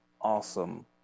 awesome